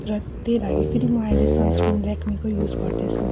र त्यही लागि फेरि म अहिले सनस्क्रिन लेकमीकै युज गर्दैछु